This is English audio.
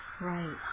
Right